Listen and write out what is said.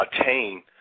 attain